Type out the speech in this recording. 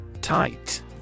Tight